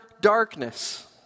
darkness